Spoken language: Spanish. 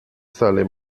sale